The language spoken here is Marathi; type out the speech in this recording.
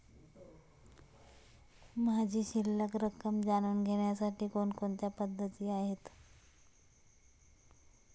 माझी शिल्लक रक्कम जाणून घेण्यासाठी कोणकोणत्या पद्धती आहेत?